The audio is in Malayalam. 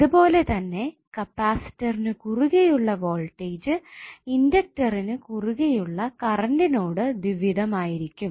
ഇത് പോലെത്തന്നെ കപ്പാസിറ്ററിനു കുറുകെ ഉള്ള വോൾടേജ് ഇൻഡക്ടറിനു കുറുകെയുള്ള കറണ്ട്നോട് ദ്വിവിധമായിരിക്കും